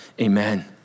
amen